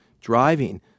driving